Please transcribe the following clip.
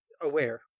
aware